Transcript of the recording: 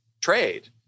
trade